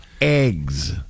Eggs